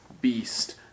beast